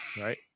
Right